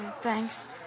Thanks